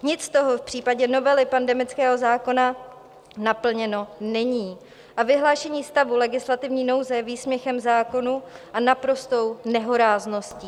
Nic z toho v případě novely pandemického zákona naplněno není a vyhlášení stavu legislativní nouze je výsměchem zákonu a naprostou nehorázností.